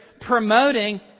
promoting